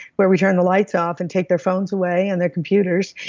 where we turn the lights off and take their phones away and their computers,